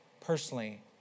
personally